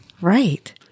Right